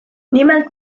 nimelt